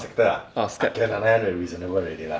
scepter ah ah can ah then reasonable already lah